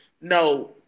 no